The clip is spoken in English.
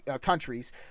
countries